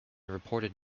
reported